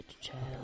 Child